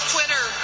Twitter